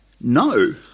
No